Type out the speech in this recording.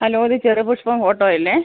hello ഇത് ചെറുപുഷ്പം ഓട്ടോയല്ലേ